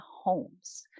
homes